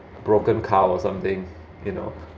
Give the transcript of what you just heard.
broken car or something you know